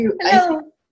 Hello